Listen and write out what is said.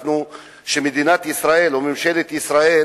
שמדינת ישראל או ממשלת ישראל